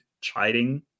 chiding